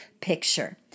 picture